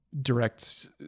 direct